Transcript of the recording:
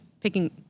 picking